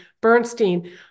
Bernstein